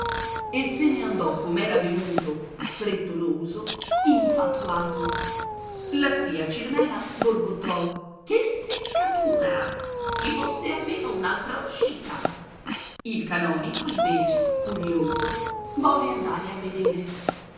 e se ne andò com'era venuto frettoloso infatuato la zia cirmena borbottò che seccatura ci fosse almeno un'altra uscita il canonico invece curioso volle andare a vedere